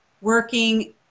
working